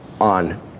on